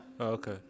Okay